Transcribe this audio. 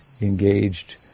engaged